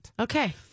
okay